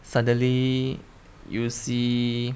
suddenly you see